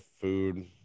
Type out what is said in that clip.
food